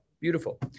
Beautiful